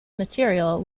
material